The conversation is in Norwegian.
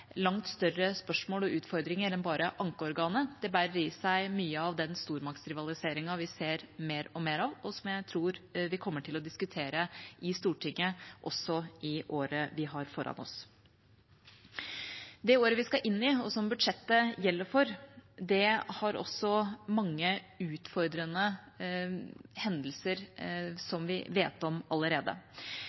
langt større spørsmål og utfordringer enn bare ankeorganet. Det bærer i seg mye av den stormaktsrivaliseringen vi ser mer og mer av, og som jeg tror vi kommer til å diskutere i Stortinget også i året vi har foran oss. Det året vi skal inn i og som budsjettet gjelder for, har også mange utfordrende hendelser som vi vet om allerede.